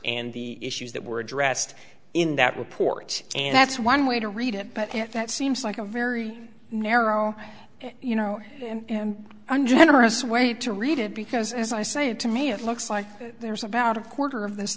and the issues that were addressed in that report and that's one way to read it but that seems like a very narrow you know and understand where you to read it because as i say it to me it looks like there's about a quarter of this